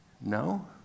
No